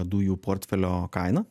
dujų portfelio kainą